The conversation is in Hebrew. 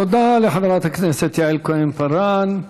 תודה לחברת הכנסת יעל כהן-פארן.